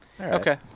okay